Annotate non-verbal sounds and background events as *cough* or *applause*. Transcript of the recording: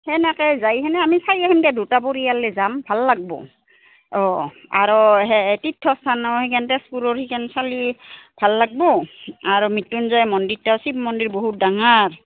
সেনেকে যাই সেনে আমি চাই তেনেকে দুটা পৰিয়ালে যাম ভাল লাগিব অঁ আৰু সেই তীৰ্থস্থানো সেই *unintelligible* তেজপুৰৰ সিখন চালি ভাল লাগিব আৰু মৃত্যুঞ্জয় মন্দিৰটোও শিৱ মন্দিৰ বহুত ডাঙৰ